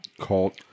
cult